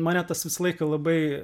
mane tas visą laiką labai